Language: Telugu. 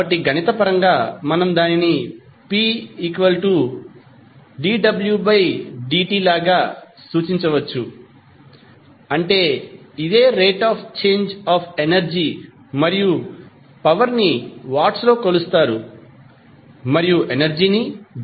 కాబట్టి గణిత పరంగా మనం దానిని p≜dwdt లాగా సూచించవచ్చు అంటే ఇదే rate of change of energy మరియు పవర్ ని వాట్స్ లో కొలుస్తారు మరియు ఎనర్జీ ని జౌల్స్ లో కొలుస్తారు